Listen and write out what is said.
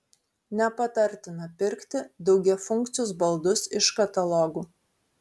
nepatartina pirkti daugiafunkcius baldus iš katalogų